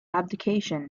abdication